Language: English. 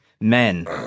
men